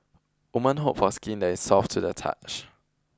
women hope for skin that is soft to the touch